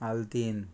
आल्तीन